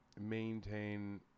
maintain